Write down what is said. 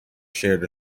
shared